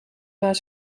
waar